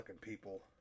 people